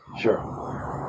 Sure